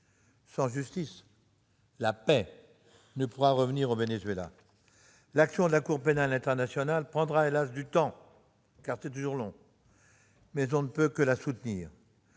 Sans justice, la paix ne pourra pas revenir au Venezuela. L'action de la Cour pénale internationale prendra, hélas, du temps- c'est toujours long -, mais on ne peut que la soutenir.